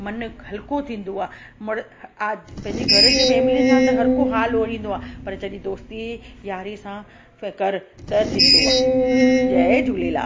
मनु हलको थींदो आहे मूण आदि पंहिंजे घर जी फैमिली सां त हरको हाल ओरींदो आहे पर जॾहिं दोस्ती यारी सां कर त थींदो आहे जय झूलेलाल